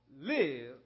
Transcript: live